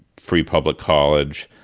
free public college.